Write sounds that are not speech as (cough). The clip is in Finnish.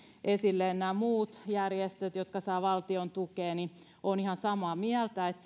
esille nämä muut järjestöt jotka saavat valtiontukea olen ihan samaa mieltä että (unintelligible)